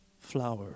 flower